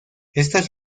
estas